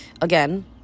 again